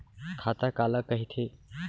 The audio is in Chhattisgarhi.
खाता काला कहिथे?